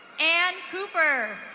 anne cooper.